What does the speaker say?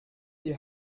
die